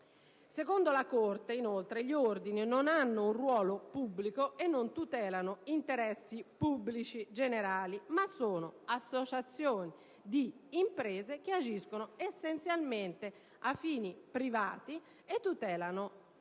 Secondo la Corte, inoltre, «gli ordini non hanno un ruolo pubblico e non tutelano interessi pubblici generali, ma sono associazioni di imprese che agiscono essenzialmente a fini privati e tutelano